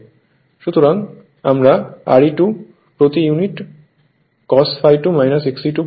সুতরাং আমরা Re₂ প্রতি ইউনিট cos ∅ 2 Xe₂ প্রতি ইউনিট sin ∅ 2 পাবো